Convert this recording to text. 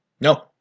No